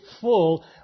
full